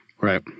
Right